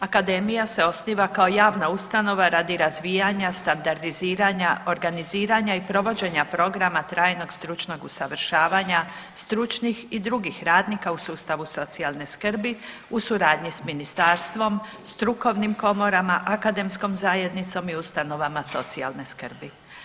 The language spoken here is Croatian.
Akademije se osniva kao javna ustanova radi razvijanja, standardiziranja, organiziranja i provođenja programa trajnog stručnog usavršavanja stručnih i drugih radnika u sustavu socijalne skrbi u suradnji s Ministarstvom, strukovnim komorama, akademskom zajednicom i ustanovama socijalne skrbi.